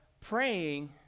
praying